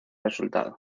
resultado